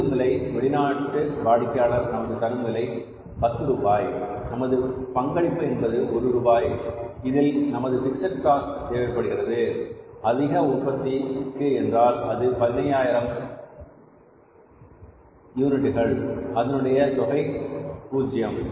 விற்கும் விலை வெளிநாட்டு வாடிக்கையாளர் நமக்கு தரும் விலை 10 ரூபாய் நமது பங்களிப்பு என்பது ஒரு ரூபாய் இதில் நமது பிக்ஸட் காஸ்ட் தேவைப்படுவது அதிக உற்பத்திக்கு என்றால் அது 15000 இவர்கள் அதனுடைய தொகை 0